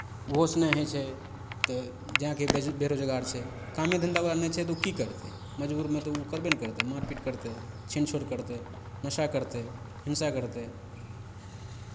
ओहोसँ नहि होइ छै तऽ जेनाकि बेज बेरोजगार छै कामे धन्धा ओकरा नहि छै तऽ ओ की करतै मजबूरमे तऽ ओ करबे ने करतै मारपीट करतै छीन छोड़ करतै नशा करतै हिंसा करतै